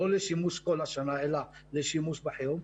זה לא יהיה לשימוש קבוע, אלא רק לשימוש בחירום.